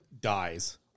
dies